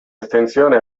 estensione